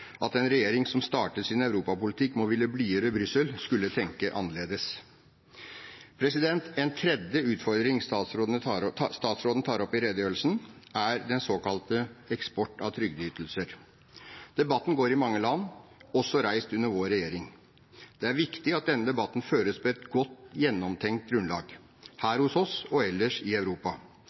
at en regjering som startet sin europapolitikk med å ville blidgjøre Brussel, skulle tenke annerledes. En tredje utfordring statsråden tar opp i redegjørelsen, er den såkalte eksport av trygdeytelser. Debatten går i mange land – også reist under vår regjering. Det er viktig at denne debatten føres på et godt, gjennomtenkt grunnlag – her hos oss og ellers i Europa.